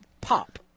Pop